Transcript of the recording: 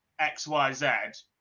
XYZ